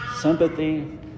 sympathy